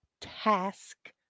task